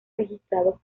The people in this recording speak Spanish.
registrados